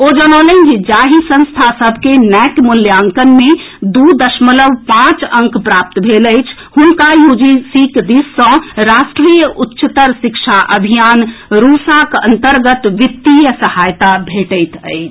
ओ जनौलनि जे जाहि संस्था सभ के नैक मूल्यांकन मे दू दशमलव पांच अंक प्राप्त भेल अछि हुनका यूजीसीक दिस सँ राष्ट्रीय उच्चतर शिक्षा अभियान रूसाक अन्तर्गत वित्तीय सहायता भेटैत अछि